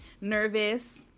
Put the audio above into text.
Nervous